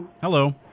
Hello